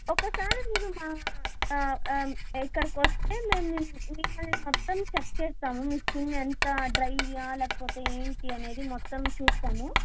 ఒకసారి మీరు మా ఇక్కడికి వస్తే మేము మిమ్మల్ని మొత్తం చెక్ చేస్తాము మీ స్కిన్ ఎంత డ్రైయా లేకపోతే ఏంటి అనేది మొత్తం చూస్తాము